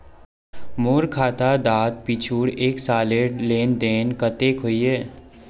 मोर खाता डात पिछुर एक सालेर लेन देन कतेक होइए?